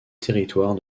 territoire